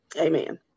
Amen